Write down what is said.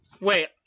Wait